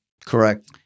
Correct